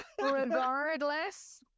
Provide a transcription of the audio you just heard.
Regardless